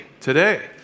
today